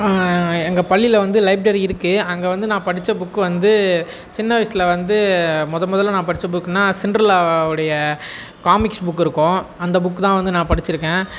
எங்க பள்ளியில் வந்து லைப்ரரி இருக்குது அங்கே வந்து நான் படிச்ச புக்கு வந்து சின்ன வயசில் வந்து மொதல் மொதலில் நான் படிச்ச புக்குன்னால் சிண்டர்லா உடைய காமிக்ஸ் புக் இருக்கும் அந்த புக் தான் வந்து நான் படிச்சிருக்கேன்